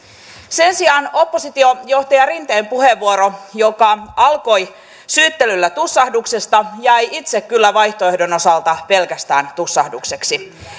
sen sijaan oppositiojohtaja rinteen puheenvuoro joka alkoi syyttelyllä tussahduksesta jäi itse kyllä vaihtoehdon osalta pelkästään tussahdukseksi